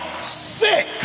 sick